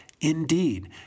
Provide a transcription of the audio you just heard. Indeed